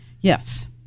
Yes